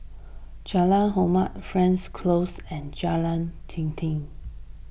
Jalan Hormat Frankel Close and Jalan Dinding